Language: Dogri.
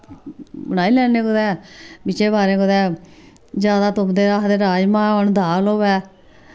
बनाई लैने कुतै बिच्चें पारे कुतै ज्यादा तुपदे आखदे राइमा होन दाल होऐ